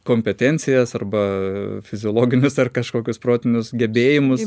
kompetencijas arba fiziologinius ar kažkokius protinius gebėjimus